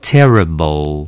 Terrible